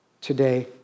today